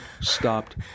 stopped